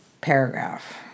paragraph